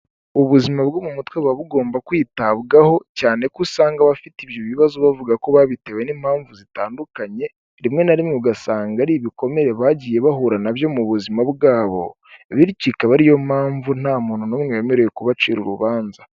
Ubuzima bwo mu mutwe buba bugomba kwitabwaho, cyane ko usanga abafite ibyo bibazo bavuga ko babitewe n'impamvu zitandukanye rimwe na rimwe ugasanga ari ibikomere bagiye bahura nabyo mu buzima bwabo, bityo ikaba ariyo mpamvu nta muntu n'umwe wemerewe kubacira urubanza.